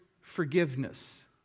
forgiveness